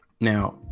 now